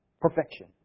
Perfection